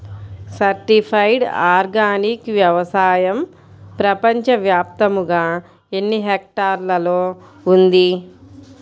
Certified organic వ్యవసాయం ప్రపంచ వ్యాప్తముగా ఎన్నిహెక్టర్లలో ఉంది?